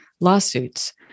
lawsuits